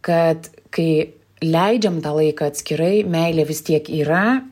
kad kai leidžiam tą laiką atskirai meilė vis tiek yra